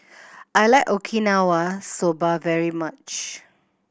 I like Okinawa Soba very much